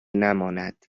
نماند